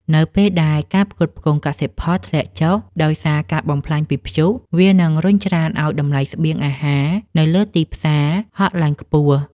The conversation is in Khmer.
នៅពេលដែលការផ្គត់ផ្គង់កសិផលធ្លាក់ចុះដោយសារការបំផ្លាញពីព្យុះ វានឹងរុញច្រានឱ្យតម្លៃស្បៀងអាហារនៅលើទីផ្សារហក់ឡើងខ្ពស់។